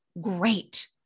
Great